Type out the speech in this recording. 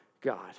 God